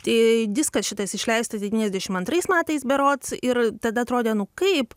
tai diskas šitais išleistas devyniasdešim antrais metais berods ir tada atrodė nu kaip